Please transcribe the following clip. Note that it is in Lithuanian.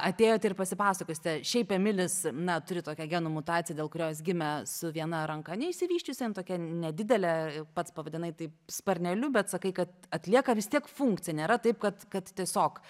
atėjot ir pasipasakosite šiaip emilis na turi tokią genų mutaciją dėl kurios gimė su viena ranka neišsivysčiusia jin tokia nedidelė pats pavadinai taip sparneliu bet sakai kad atlieka vis tiek funkciją nėra taip kad kad tiesiog